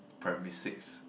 primary six